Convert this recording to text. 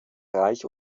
reich